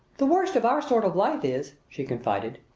the worst of our sort of life is, she confided,